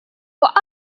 what